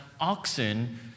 oxen